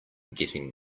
getting